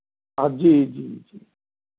आब जे जी जी